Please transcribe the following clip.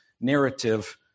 narrative